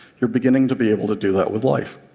you're beginning to be able to do that with life.